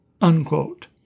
unquote